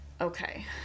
Okay